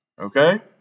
Okay